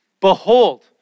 Behold